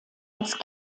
als